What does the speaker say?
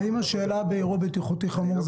האם השאלה באירוע בטיחותי חמור,